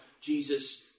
Jesus